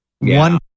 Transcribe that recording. one